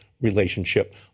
relationship